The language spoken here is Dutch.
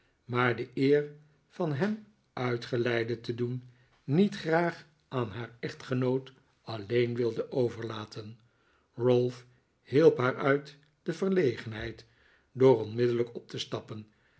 maar de eer van hem uitgeleide te doen niet graag aan haar echtgenoot alleen wilde overlaten ralph hielp haar uit de verlegenheid door onmiddellijk op te stappen